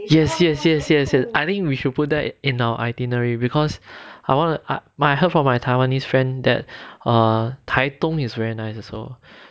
yes yes yes yes I think we should put that in our itinerary because I want to my I heard from my taiwanese friend that err 台东 is very nice also